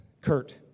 Kurt